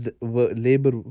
Labor